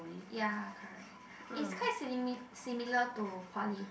ya correct is quite simi~ similar to poly